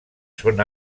són